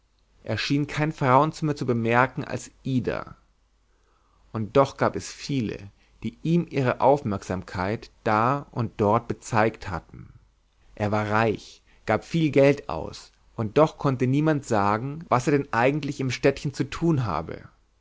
schien kein frauenzimmer zu bemerken als ida und doch gab es viele die ihm ihre aufmerksamkeit da und dort bezeigt hatten er war reich gab viel geld aus und doch konnte niemand sagen was er denn eigentlich im städtchen zu tun habe